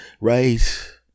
right